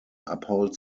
uphold